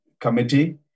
committee